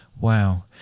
Wow